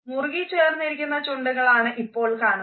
മുറുകിച്ചേർന്നിരിക്കുന്ന ചുണ്ടുകളാണ് ഇപ്പോൾ കാണുന്നത്